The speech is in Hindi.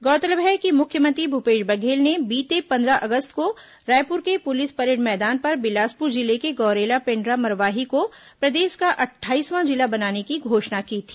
गौरतलब है कि मुख्यमंत्री भूपेश बघेल ने बीते पंद्रह अगस्त को रायपुर के पुलिस परेड मैदान पर बिलासपुर जिले के गौरेला पेण्ड्रा मरवाही को प्रदेश का अट्ठाईसवां जिला बनाने की घोषणा की थी